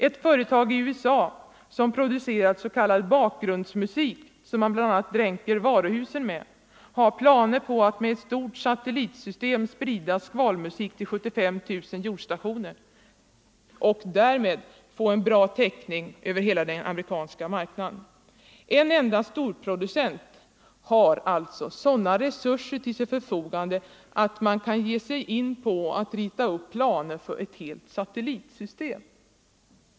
Ett företag i USA som producerar s.k. bakgrundsmusik — som man bl.a. dränker varuhusen med — uppges ha planer på att med ett stort satellitsystem sprida skvalmusik till 75 000 jordstationer och därmed få en bra täckning av hela den amerikanska marknaden. En enda storproducent har alltså sådana resurser till sitt förfogande att man kan ge sig in på att rita upp planer för ett helt satellitsystem.